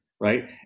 right